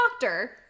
doctor